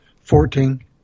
Fourteen